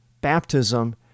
baptism